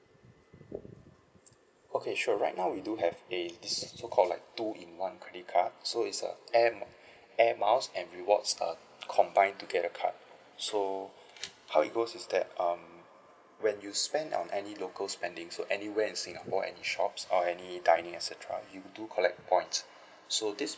okay sure right now we do have a this we called like two in one credit card so it's a airm~ Air Miles and rewards err combined together card so how it goes is that um when you spent on any local spendings so anywhere in singapore any shop or any dining et cetera you do collect points so this